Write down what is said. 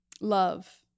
Love